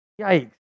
Yikes